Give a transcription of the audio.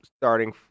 starting